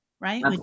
right